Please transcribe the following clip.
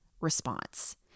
response